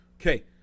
Okay